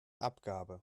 abgabe